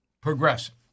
progressive